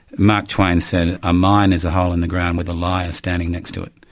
mark twain said a mine is a hole in the ground with a liar standing next to it.